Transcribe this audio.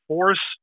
Force